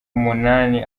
umunani